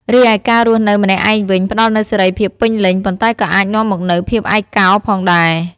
រីឯការរស់នៅម្នាក់ឯងវិញ ផ្ដល់នូវសេរីភាពពេញលេញ ប៉ុន្តែក៏អាចនាំមកនូវភាពឯកកោផងដែរ។